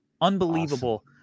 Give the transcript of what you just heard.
unbelievable